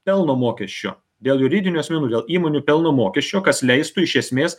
pelno mokesčio dėl juridinių asmenų dėl įmonių pelno mokesčio kas leistų iš esmės